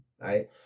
right